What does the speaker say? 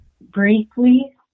Briefly